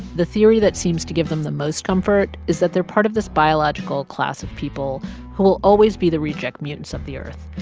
the theory that seems to give them the most comfort is that they're part of this biological class of people who will always be the reject mutants of the earth.